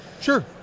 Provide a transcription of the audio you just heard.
Sure